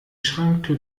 schranktür